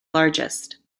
largest